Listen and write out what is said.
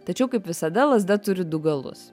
tačiau kaip visada lazda turi du galus